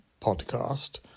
podcast